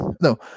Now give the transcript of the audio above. no